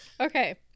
okay